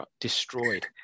destroyed